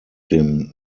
dem